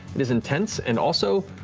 it is intense, and also,